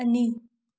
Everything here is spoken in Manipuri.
ꯑꯅꯤ